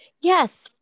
Yes